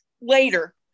later